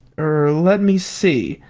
er, let me see.